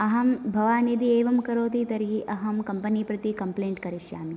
अहं भवान् यदि एवं करोति तर्हि अहं कम्पनी प्रति कंप्लेन्ट् करिष्यामि